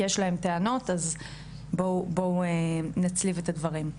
כי יש להם טענות אז בואו נצליב את הדברים,